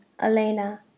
Elena